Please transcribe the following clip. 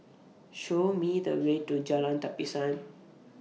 Show Me The Way to Jalan Tapisan